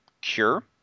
cure